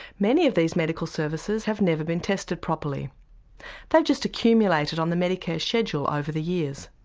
many of these medical services have never been tested properly they've just accumulated on the medicare schedule over the years.